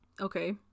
Okay